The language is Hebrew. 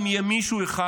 אם יהיה מישהו אחד,